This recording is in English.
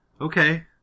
Okay